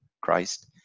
Christ